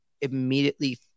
immediately